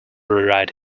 rewrite